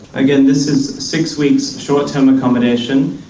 again, this is six weeks short-term accommodation,